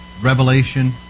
revelation